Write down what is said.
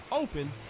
Open